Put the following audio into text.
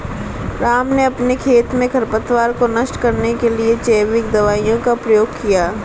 राम ने अपने खेत में खरपतवार को नष्ट करने के लिए जैविक दवाइयों का प्रयोग किया